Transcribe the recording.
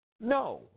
No